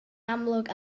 amlwg